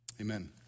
Amen